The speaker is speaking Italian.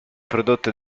prodotte